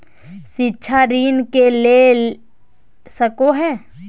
शिक्षा ऋण के ले सको है?